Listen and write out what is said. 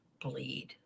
bleed